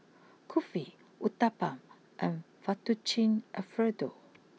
Kulfi Uthapam and Fettuccine Alfredo